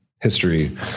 history